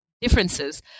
differences